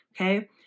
okay